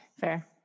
Fair